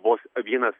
vos vienas